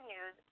use